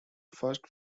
first